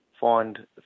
find